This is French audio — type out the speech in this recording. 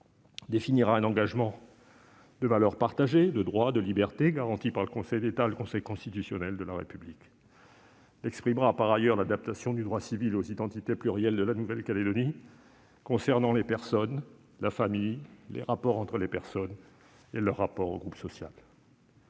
définira un engagement de valeurs partagées, de droits et de libertés garantis par le Conseil d'État et le Conseil constitutionnel de la République. Elle exprimera par ailleurs l'adaptation du droit civil aux identités plurielles de la Nouvelle-Calédonie concernant les personnes, la famille, les rapports entre les personnes et leurs rapports au groupe social.